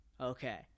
okay